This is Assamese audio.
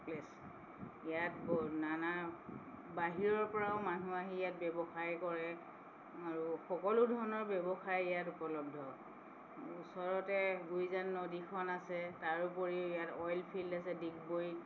প্লেচ ইয়াত ব নানা বাহিৰৰ পৰাও মানুহ আহি ইয়াত ব্যৱসায় কৰে আৰু সকলো ধৰণৰ ব্যৱসায় ইয়াত উপলব্ধ ওচৰতে গুইজান নদীখন আছে তাৰোপৰি ইয়াত অইল ফিল্ড আছে ডিগবৈ